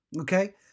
okay